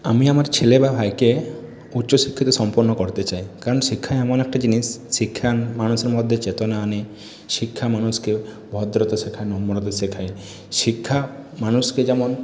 আমি আমার ছেলে বা ভাইকে উচ্চশিক্ষাতে সম্পন্ন করতে চাই কারণ শিক্ষাই এমন একটা জিনিস শিক্ষায়ণ মানুষের মধ্যে চেতনা আনে শিক্ষা মানুষকে ভদ্রতা শেখায় নম্রতা শেখায় শিক্ষা মানুষকে যেমন